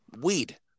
weed